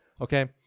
Okay